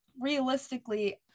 realistically